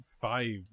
Five